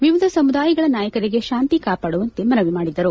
ವಿವಿಧ ಸಮುದಾಯಗಳ ನಾಯಕರಿಗೆ ಶಾಂತಿ ಕಾಪಾಡುವಂತೆ ಮನವಿ ಮಾಡಿದರು